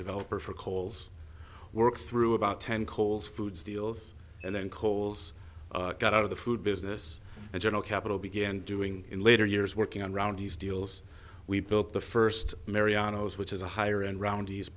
developer for kohl's work through about ten kohl's foods deals and then kohl's got out of the food business and general capital began doing in later years working on round these deals we built the first mariano's which is a higher end around these